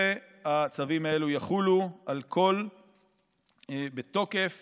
הצווים הללו יחולו ויהיו בתוקף